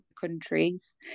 countries